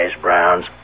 browns